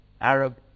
Arab